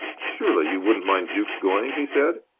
surely you wouldn't mind jukes going? he said.